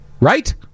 Right